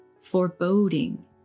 foreboding